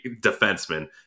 defenseman